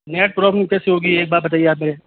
net problem कैसे होगी एक बात बताईये आप मेरे